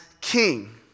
king